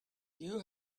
you